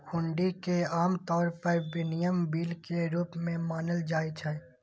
हुंडी कें आम तौर पर विनिमय बिल के रूप मे मानल जाइ छै